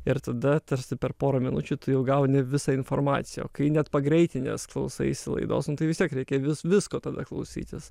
ir tada tarsi per pora minučių tu jau gauni visą informaciją o kai net pagreitinęs klausaisi laidos nu tai vis tiek reikia vis visko tada klausytis